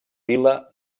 vila